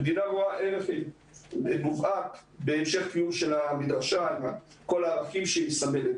המדינה רואה ערך מובהק בהמשך הקיום של המדרשה עם כל הערכים שהיא מסמלת.